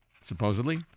supposedly